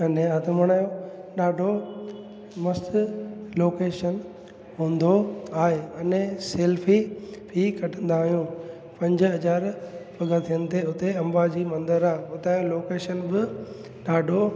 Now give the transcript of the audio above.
अने आसमान जो ॾाढो मस्तु लोकेशन हूंदो आहे अने सेल्फी बि कढंदा आहियूं पंज हज़ार पगथियन ते हुते अंबाजी मंदरु आहे उतां जो लोकेशन बि ॾाढो